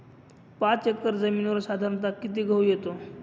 पाच एकर जमिनीवर साधारणत: किती गहू येतो?